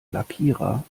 lackierer